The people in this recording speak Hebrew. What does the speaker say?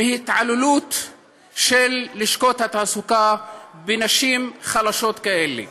התעללות של לשכות התעסוקה בנשים חלשות כאלה.